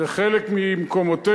זה חלק ממקומותינו.